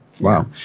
Wow